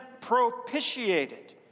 propitiated